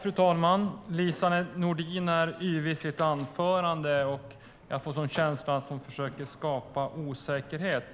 Fru talman! Lise Nordin är yvig i sitt anförande, och jag får känslan att hon försöker skapa osäkerhet.